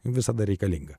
visada reikalinga